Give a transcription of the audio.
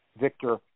Victor